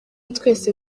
twese